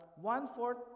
one-fourth